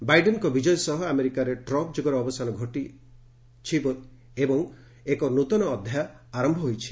ବାଇଡେନ୍ଙ୍କ ବିଜୟ ସହ ଆମେରିକାରେ ଟ୍ରମ୍ପ୍ ଯୁଗର ଅବସାନ ଘଟିବା ସହ ଏକ ନ୍ବତନ ଅଧ୍ୟାୟ ଆରମ୍ଭ ହୋଇଛି